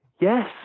Yes